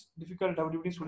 difficult